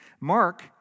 Mark